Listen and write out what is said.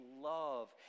love